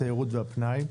התיירות והפנאי.